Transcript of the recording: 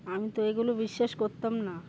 আমি তো এগুলো বিশ্বাস করতাম না